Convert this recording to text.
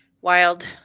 wild